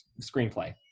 screenplay